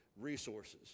resources